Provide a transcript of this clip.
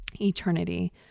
eternity